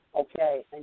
okay